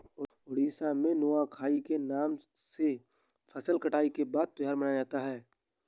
उड़ीसा में नुआखाई के नाम से फसल कटाई के बाद त्योहार मनाया जाता है